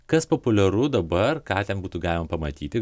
kas populiaru dabar ką ten būtų galima pamatyti